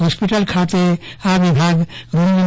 hospital ખાતે આ વિભાગ રૂમ નં